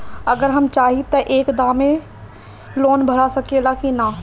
अगर हम चाहि त एक दा मे लोन भरा सकले की ना?